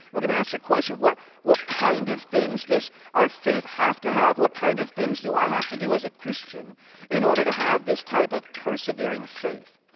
we're going to ask the question. what what kind of things does our faith have to have? what kind of things do i have to do as a christian in order to have this type of persevering faith?